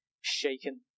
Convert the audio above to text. shaken